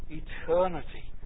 eternity